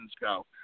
go